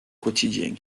quotidien